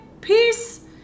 peace